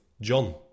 John